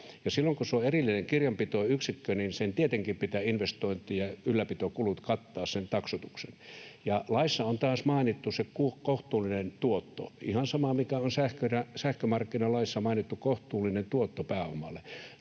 silloin kun se on erillinen kirjanpitoyksikkö, niin sen taksoituksen pitää tietenkin kattaa investointi- ja ylläpitokulut, ja laissa on taas mainittu se kohtuullinen tuotto, ihan sama, mikä on sähkömarkkinalaissa mainittu kohtuullinen tuotto pääomalle.